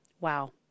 Wow